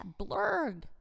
blurg